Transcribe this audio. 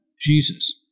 Jesus